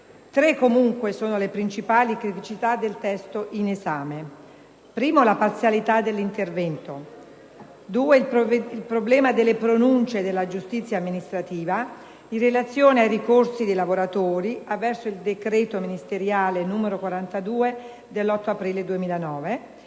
Tre sono le principali criticità del testo in esame: la parzialità dell'intervento; il problema delle pronunce della giustizia amministrativa in relazione ai ricorsi dei lavoratori avverso il decreto ministeriale n. 42 dell'8 aprile 2009